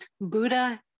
Buddha